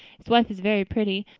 his wife is very pretty.